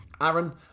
Aaron